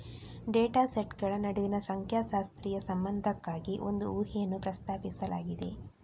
data ಸೆಟ್ಗಳ ನಡುವಿನ ಸಂಖ್ಯಾಶಾಸ್ತ್ರೀಯ ಸಂಬಂಧಕ್ಕಾಗಿ ಒಂದು ಊಹೆಯನ್ನು ಪ್ರಸ್ತಾಪಿಸಲಾಗಿದೆ